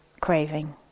craving